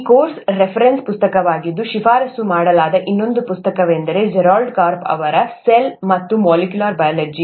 ಈ ಕೋರ್ಸ್ಗೆ ರೆಫರೆನ್ಸ್ ಪುಸ್ತಕವಾಗಿ ಶಿಫಾರಸು ಮಾಡಲಾದ ಇನ್ನೊಂದು ಪುಸ್ತಕವೆಂದರೆ ಜೆರಾಲ್ಡ್ ಕಾರ್ಪ್ ಅವರ ಸೆಲ್ ಮತ್ತು ಮಾಲಿಕ್ಯುಲರ್ ಬಯಾಲಜಿ